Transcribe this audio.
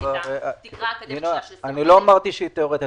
היפותטי של בעיה שאפילו ד"ר ברקת אמר שהיא תיאורטית,